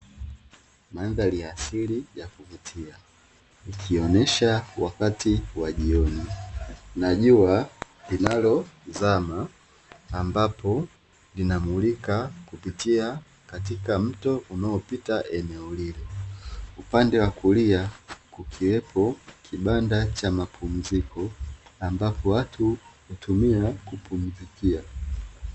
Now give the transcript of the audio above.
Mandhari ya asili ya kuvutia ikionesha wakati wa jioni na jua linalo zama ambapo linamulika kupitia katika mto unaopita eneo lile, upande wa kulia kukiwepo kibanda cha mapumziko ambapo watu hutumia kupumzikia.